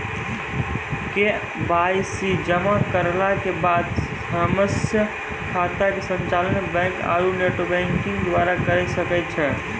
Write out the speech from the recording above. KYC जमा करला के बाद हम्मय खाता के संचालन बैक आरू नेटबैंकिंग द्वारा करे सकय छियै?